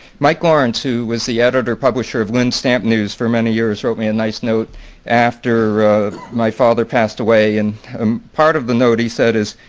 mike lawrence who was the editor publisher of linn's stamp news for many years wrote me a nice note after my father passed away and um part of the note he said is,